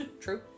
True